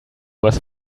was